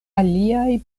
aliaj